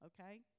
okay